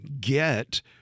get